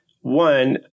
One